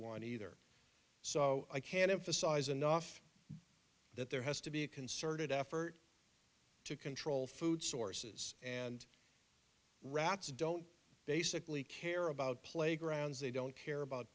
want either so i can't emphasize enough that there has to be a concerted effort to control food sources and rats don't basically care about playgrounds they don't care about